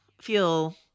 Feel